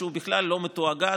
שבכלל לא מתואגד,